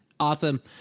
awesome